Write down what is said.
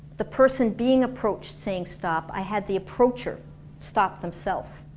the person being approach saying stop, i had the approacher stop themself